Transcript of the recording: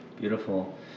beautiful